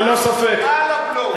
נכון מאוד.